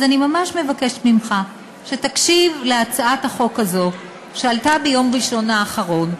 אז אני ממש מבקשת ממך שתקשיב להצעת החוק הזאת שעלתה ביום ראשון האחרון,